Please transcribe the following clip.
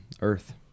earth